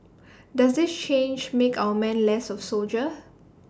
does this change make our men less of soldiers